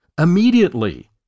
immediately